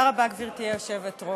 כבוד היושב-ראש,